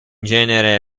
genere